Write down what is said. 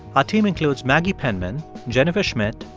our team includes maggie penman, jennifer schmidt,